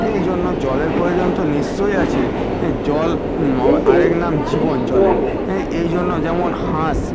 এই জন্য জলের প্রয়োজন তো নিশ্চয়ই আছে এ জল আরেক নাম জীবন জলের এই এই জন্য যেমন হাঁস